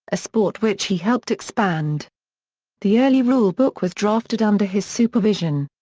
a sport which he helped expand the early rule book was drafted under his supervision.